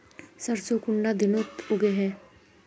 सरसों कुंडा दिनोत उगैहे?